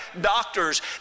doctors